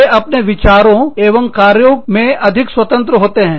वे अपने विचारों एवं कार्यो में अधिक स्वतंत्र होते हैं